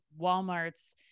walmart's